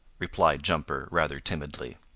replied jumper rather timidly.